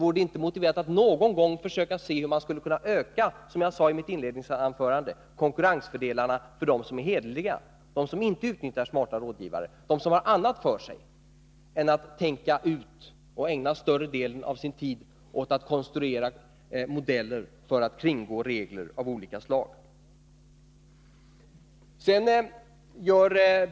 Vore det inte motiverat att någon gång försöka se hur man skulle = kunna öka konkurrensfördelarna för dem som är hederliga, som inte Vissa aktiebolagsutnyttjar smarta rådgivare, som har annat för sig än att ägna större delen av rättsliga frågor sin tid åt att tänka ut och konstruera modeller för att kringgå regler av olika slag, som jag sade i mitt inledningsanförande?